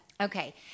Okay